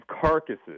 carcasses